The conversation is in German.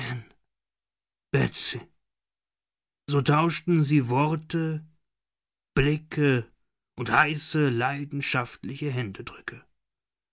so tauschten sie worte blicke und heiße leidenschaftliche händedrücke